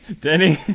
Denny